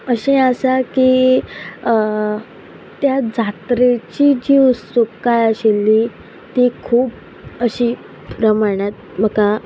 अशें आसा की त्या जात्रेची जी उत्सुकाय आशिल्ली ती खूब अशी प्रमाणांत म्हाका